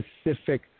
specific